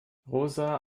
rosa